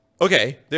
okay